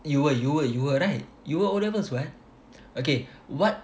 you were you were you were right you were O levels what okay what